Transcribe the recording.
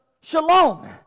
Shalom